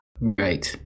Right